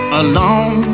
alone